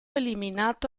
eliminato